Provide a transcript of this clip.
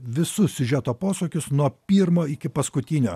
visus siužeto posūkius nuo pirmo iki paskutinio